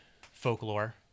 folklore